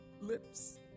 lips